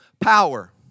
power